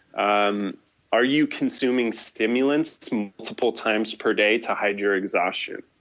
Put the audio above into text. um are you consuming stimulants multiple times per day to hide your exhaustion?